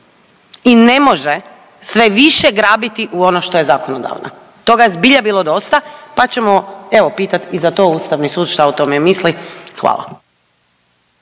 i ne može sve više grabiti u ono što je zakonodavna. Toga je zbilja bilo dosta, pa ćemo evo pitat i za to Ustavni sud šta o tome misli. Hvala.